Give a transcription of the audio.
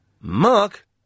Mark